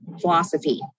philosophy